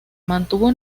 mantuvo